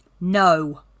No